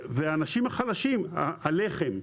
והאנשים החלשים לחם,